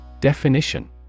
Definition